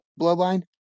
Bloodline